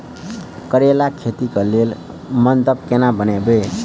करेला खेती कऽ लेल मंडप केना बनैबे?